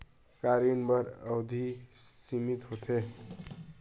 का ऋण बर अवधि सीमित होथे?